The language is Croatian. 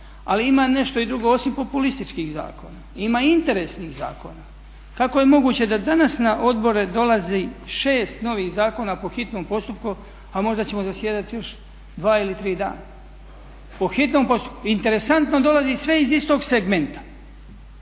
Ali ima nešto i drugo osim populističkih zakona, ima i interesnih zakona. Kako je moguće da danas na odbore dolazi 6 novih zakona po hitnom postupku a možda ćemo zasjedati još 2 ili 3 dana, po hitnom postupku? Interesantno dolazi sve iz istog segmenta,